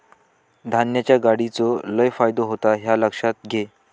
धान्याच्या गाडीचो लय फायदो होता ह्या लक्षात घे